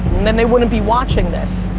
then they wouldn't be watching this,